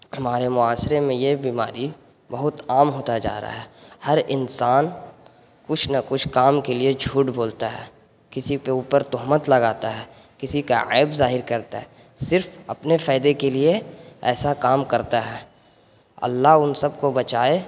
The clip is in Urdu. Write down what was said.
ہمارے معاشرے میں یہ بیماری بہت عام ہوتا جا رہا ہے ہر انسان کچھ نہ کچھ کام کے لیے جھوٹ بولتا ہے کسی پہ اوپر تہمت لگاتا ہے کسی کا عیب ظاہر کرتا ہے صرف اپنے فائدے کے لیے ایسا کام کرتا ہے اللہ ان سب کو بچائے